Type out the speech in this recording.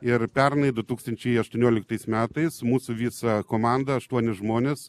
ir pernai du tūkstančiai aštuonioliktais metais mūsų visa komanda aštuoni žmones